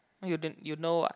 oh you didn't you know what